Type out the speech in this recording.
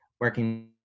working